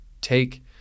take